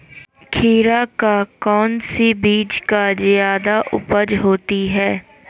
खीरा का कौन सी बीज का जयादा उपज होती है?